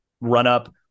run-up